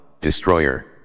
destroyer